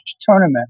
tournament